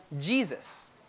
Jesus